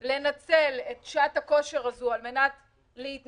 לנצל את שעת הכושר הזו על מנת להתנגח,